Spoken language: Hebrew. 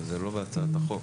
אבל זה לא בהצעת החוק.